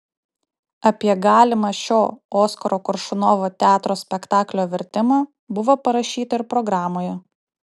apie galimą šio oskaro koršunovo teatro spektaklio vertimą buvo parašyta ir programoje